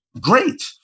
great